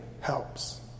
helps